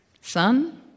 son